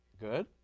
Good